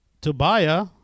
Tobiah